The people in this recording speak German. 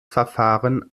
verfahren